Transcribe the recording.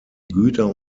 güter